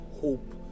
hope